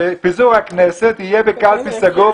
שפיזור הכנסת יהיה בקלפי סגור,